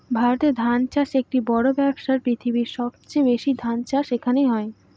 ভারতে ধান চাষ একটি বড়ো ব্যবসা, পৃথিবীর সবচেয়ে বেশি ধান চাষ এখানে হয়